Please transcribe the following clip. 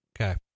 Okay